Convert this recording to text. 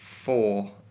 four